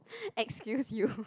excuse you